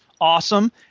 awesome